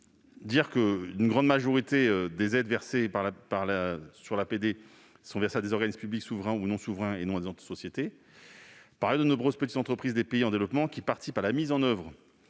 que la grande majorité des aides concernées sont versées à des organismes publics souverains ou non souverains, et non à des sociétés. Par ailleurs, de nombreuses petites entreprises des pays en développement, qui participent à la mise en oeuvre